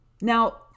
Now